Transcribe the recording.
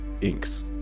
inks